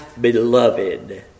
beloved